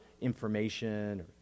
information